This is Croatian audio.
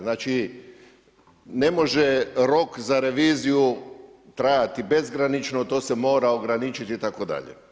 Znači, ne može rok za reviziju trajati bezgranično, to se mora ograničiti itd.